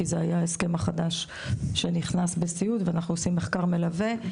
כי זה היה ההסכם החדש שנכנס בסיעוד ואנחנו עושים מחקר מלווה.